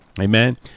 Amen